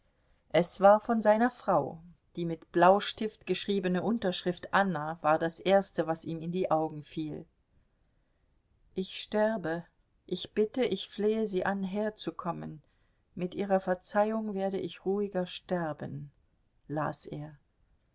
es war von seiner frau die mit blaustift geschriebene unterschrift anna war das erste was ihm in die augen fiel ich sterbe ich bitte ich flehe sie an herzukommen mit ihrer verzeihung werde ich ruhiger sterben las er